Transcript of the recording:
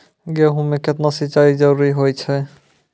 गेहूँ म केतना सिंचाई जरूरी होय छै?